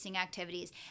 activities